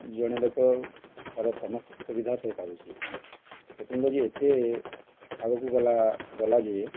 ଜଣେ ଲୋକ ତା'ର ସମସ୍ତ ସୁବିଧା ପାଇପାରୁଛି ଟେକ୍ନୋଲୋଜି ଏତେ ଆଗକୁ ଗଲା ଗଲା ଯେ